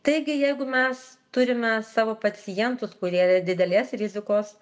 taigi jeigu mes turime savo pacientus kurie didelės rizikos